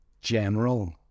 general